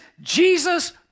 Jesus